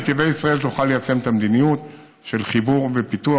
נתיבי ישראל תוכל ליישם את המדיניות של חיבור ופיתוח.